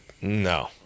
No